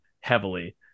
heavily